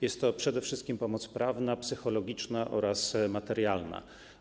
Jest to przede wszystkim pomoc prawna, psychologiczna oraz materialna.